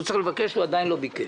הוא עדיין לא ביקש,